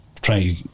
trying